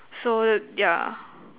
so yeah